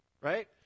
right